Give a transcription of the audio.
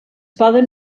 poden